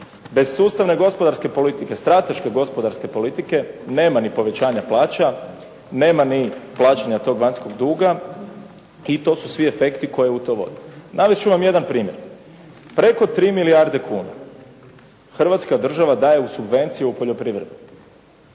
Bez sustavne gospodarske politike, strateške gospodarske politike nema ni povećanja plaća, nema ni plaćanja tog vanjskog duga i to su svi efekti koje u to vode. Navest ću vam jedan primjer. Preko 3 milijarde kuna hrvatska država daje u subvenciju u poljoprivredu.